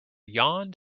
yawned